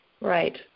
Right